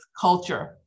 culture